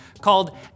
called